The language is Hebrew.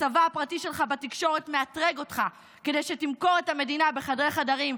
הצבא הפרטי שלך בתקשורת מאתרג אותך כדי שתמכור את המדינה בחדרי חדרים,